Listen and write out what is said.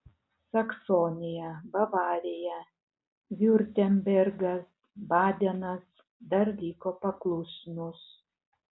saksonija bavarija viurtembergas badenas dar liko paklusnūs